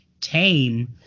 tame